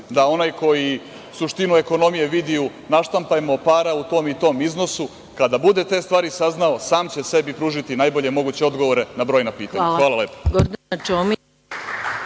da onaj koji suštinu ekonomije vidi u – naštampajmo para u tom i tom iznosu, kada bude te stvari saznao sam će sebi pružiti najbolje moguće odgovore na brojna pitanja. Hvala